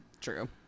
true